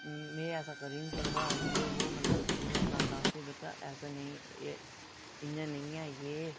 में ऐसा करी नेईं सकदा जे बो मतलब पूरा सनांदा उसी बच्चा ऐसा नेईं इ'यां नेईं ऐ जे